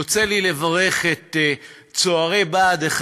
יוצא לי לברך את צוערי בה"ד 1?